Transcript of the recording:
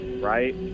Right